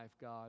God